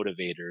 motivators